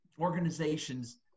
organizations